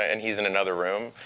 and he's in another room.